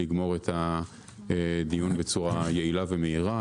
לגמור את הדיון בצורה יעילה ומהירה.